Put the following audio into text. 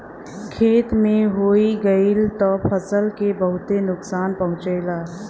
खेते में होई गयल त फसल के बहुते नुकसान पहुंचावेला